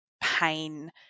pain